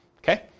Okay